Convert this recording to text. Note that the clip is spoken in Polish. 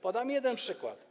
Podam jeden przykład.